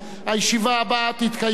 הישיבה הבאה תתקיים,